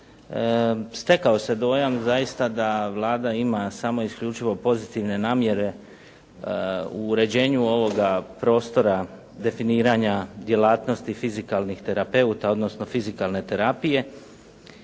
stekao se dojam zaista da Vlada ima samo isključivo pozitivne namjere u uređenju ovoga prostora definiranja djelatnosti fizikalnih terapeuta, odnosno fizikalne terapije.